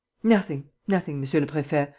nothing, nothing, monsieur le prefet,